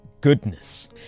goodness